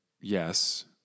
yes